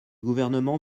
gouvernement